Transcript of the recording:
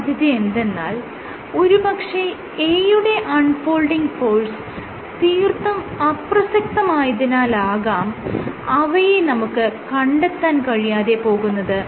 ഒരു സാധ്യതയെന്തെന്നാൽ ഒരു പക്ഷെ A യുടെ അൺ ഫോൾഡിങ് ഫോഴ്സ് തീർത്തും അപ്രസക്തമായതിനാലാകാം അവയെ നമുക്ക് കണ്ടെത്താൻ കഴിയാതെ പോകുന്നത്